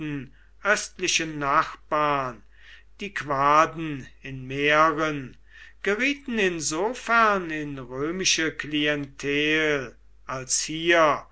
östlichen nachbarn die quaden in mähren gerieten insofern in römische klientel als hier